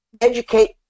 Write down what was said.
educate